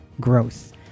growth